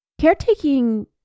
caretaking